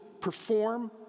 perform